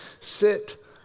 sit